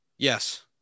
Yes